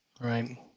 Right